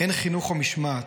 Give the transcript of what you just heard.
אין חינוך או משמעת.